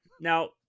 Now